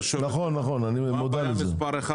נכון, אני מודע לזה, אין נהגים.